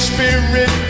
Spirit